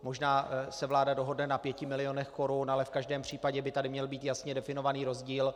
Možná se vláda dohodne na 5 mil. korun, ale v každém případě by tady měl být jasně definovaný rozdíl.